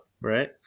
right